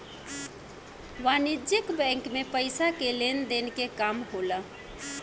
वाणिज्यक बैंक मे पइसा के लेन देन के काम होला